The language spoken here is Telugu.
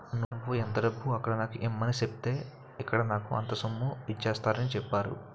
నువ్వు ఎంత డబ్బు అక్కడ నాకు ఇమ్మని సెప్పితే ఇక్కడ నాకు అంత సొమ్ము ఇచ్చేత్తారని చెప్పేరు